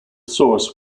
source